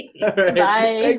Bye